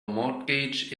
mortgage